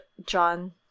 John